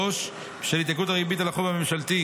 3. בשל התייקרות הריבית על החוב הממשלתי,